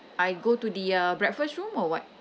I go to the uh breakfast room or what